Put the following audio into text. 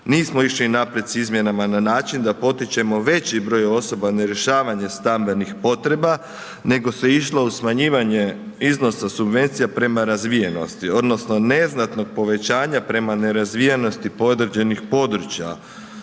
Nismo išli naprijed s izmjenama na način da potičemo veći broj osoba na rješavanje stambenih potreba, nego se išlo u smanjivanje iznosa subvencija prema razvijenosti odnosno neznatnog povećanja prema nerazvijenosti određenih područja.